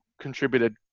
contributed